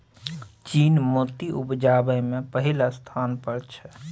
चीन मोती उपजाबै मे पहिल स्थान पर छै